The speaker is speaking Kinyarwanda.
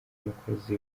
umukozi